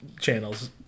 Channel's